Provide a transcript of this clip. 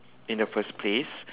in the first place